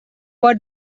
pot